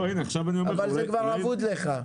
אבל זה כבר אבוד לך.